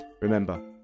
Remember